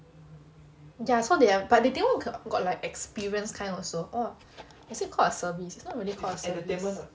ya so they have but dating one got like experienced kind also orh is it called a service